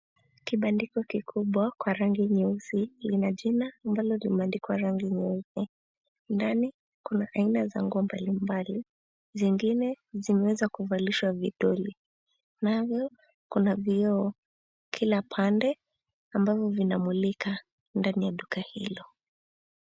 Kibandiko kikubwa Kwa rangi nyeusi lina jina ambalo limeandikwa Kwa rangi nyeupe. Ndani kuna aina za nguo mbalimbali zingine zimeweza kuvalishwa vidoli navyo kuna vioo kila pande ambavyo vinamulika ndani ya duka hilo.